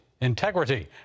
integrity